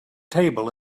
table